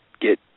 get